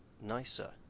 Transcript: nicer